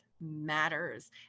matters